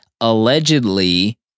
allegedly